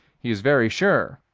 he is very sure,